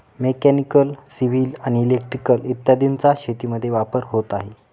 mechanical, civil आणि electrical इत्यादींचा शेतीमध्ये वापर होत आहे